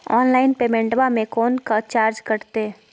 Online पेमेंटबां मे कोइ चार्ज कटते?